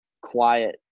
quiet